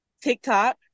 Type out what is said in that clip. TikTok